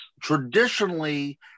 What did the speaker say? traditionally